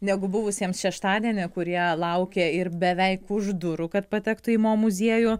negu buvusiems šeštadienį kurie laukė ir beveik už durų kad patektų į mo muziejų